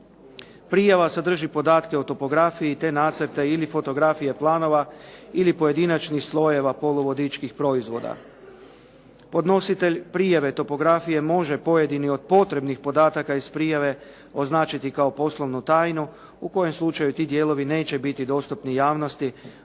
Prijava sadrži podatke o topografiji te nacrte ili fotografije planova ili pojedinačnih slojeva poluvodičkih proizvoda. Podnositelj prijave topografije može pojedini od potrebnih podataka iz prijave označiti kao poslovnu tajnu u kojem slučaju ti dijelovi neće biti dostupni javnosti,